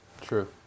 true